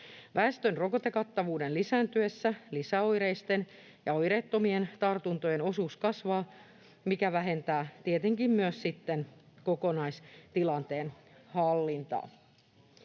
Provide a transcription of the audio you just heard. Väestön rokotekattavuuden lisääntyessä lieväoireisten ja oireettomien tartuntojen osuus kasvaa, jolloin kokonaistilanne on parempi.